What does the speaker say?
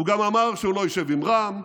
הוא גם אמר שהוא לא ישב עם רע"ם,